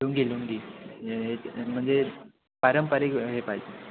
लुंगी लुंगी हे म्हणजे पारंपरिक हे पाहिजे